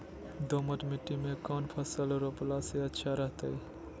दोमट मिट्टी में कौन फसल रोपला से अच्छा रहतय?